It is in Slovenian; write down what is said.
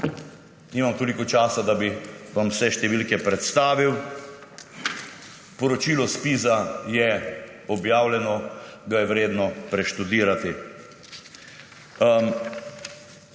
Nimam toliko časa, da bi vam vse številke predstavil. Poročilo ZPIZ je objavljeno, ga je vredno preštudirati.